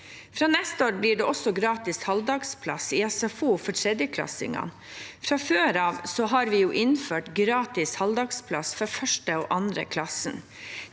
Fra neste år blir det også gratis halvdagsplass i SFO for tredjeklassingene. Fra før har vi innført gratis halvdagsplass for første- og andreklassinger.